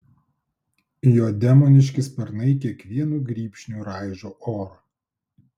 jo demoniški sparnai kiekvienu grybšniu raižo orą